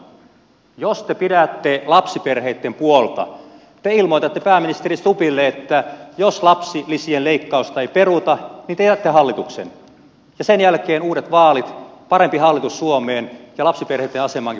edustaja östman jos te pidätte lapsiperheitten puolta te ilmoitatte pääministeri stubbille että jos lapsilisien leikkausta ei peruta niin te jätätte hallituksen ja sen jälkeen uudet vaalit parempi hallitus suomeen ja lapsiperheitten asemaankin parempi ryhti